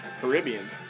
Caribbean